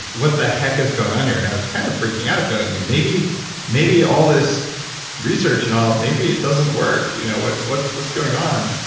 what the heck is going on here? and i was kind of freaking out going, you know maybe maybe all this research and all, maybe it doesn't work. you know what's what's going on?